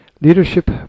Leadership